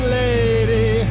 lady